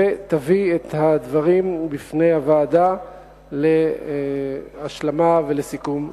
ותביא את הדברים בפני הוועדה להשלמה ולסיכום סופי.